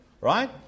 Right